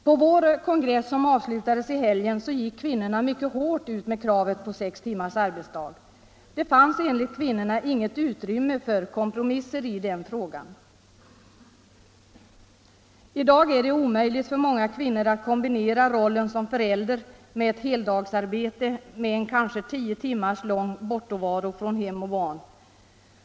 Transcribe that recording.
På vår kongress, som avslutades i helgen, gick kvinnorna mycket hårt ut med kravet på sex timmars arbetsdag. Det fanns enligt kvinnorna inget utrymme för kompromisser i den frågan. Det är omöjligt för många kvinnor att kombinera rollen som förälder med ett heldagsarbete med kanske tio timmar lång bortovaro från hem och barn.